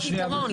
מה הפתרון?